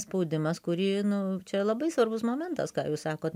spaudimas kurį nu čia labai svarbus momentas ką jūs sakot